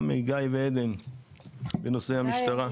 גם גיא ועדן בנושא המשטרה.